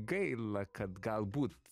gaila kad galbūt